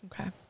Okay